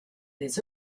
des